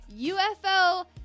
UFO